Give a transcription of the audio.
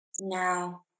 Now